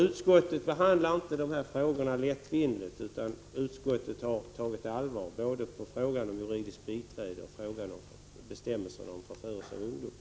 Utskottet behandlar inte frågorna lättvindigt utan har tagit allvarligt både på frågan om juridiskt biträde och bestämmelserna om förförelse av ungdom.